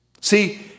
See